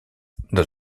dans